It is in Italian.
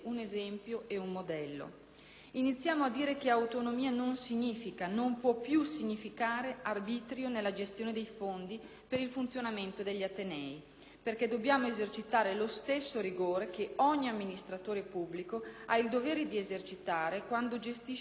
Iniziamo a dire che autonomia non significa, non può più significare arbitrio nella gestione dei fondi per il funzionamento degli atenei, perché dobbiamo esercitare lo stesso rigore che ogni amministratore pubblico ha il dovere di esercitare quando gestisce il denaro della collettività.